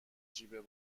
جیب